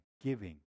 giving